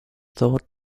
thought